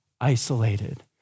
isolated